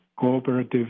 cooperative